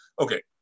okay